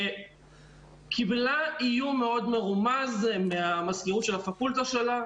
שקיבלה איום מאוד מרומז ממזכירות הפקולטה שלה,